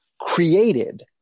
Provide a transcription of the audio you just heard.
created